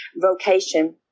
vocation